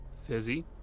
Fizzy